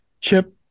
Chip